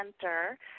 Center